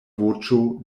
voĉo